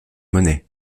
monnaie